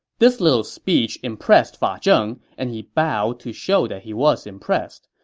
this little speech impressed fa zheng, and he bowed to show that he was impressed.